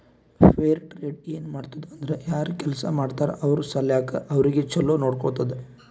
fair trade ಏನ್ ಮಾಡ್ತುದ್ ಅಂದುರ್ ಯಾರ್ ಕೆಲ್ಸಾ ಮಾಡ್ತಾರ ಅವ್ರ ಸಲ್ಯಾಕ್ ಅವ್ರಿಗ ಛಲೋ ನೊಡ್ಕೊತ್ತುದ್